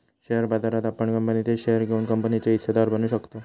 share बाजारात आपण कंपनीचे शेअर घेऊन कंपनीचे हिस्सेदार बनू शकताव